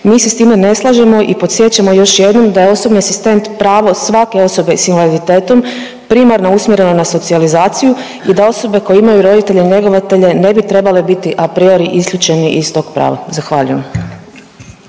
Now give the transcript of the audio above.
Mi se s time ne slažemo i podsjećamo još jednom da je osobni asistent pravo svake osobe s invaliditetom primana usmjerena na socijalizaciju i da osobe koje imaju roditelje njegovatelje ne bi trebali biti a priori isključeni iz tog prava. Zahvaljujem.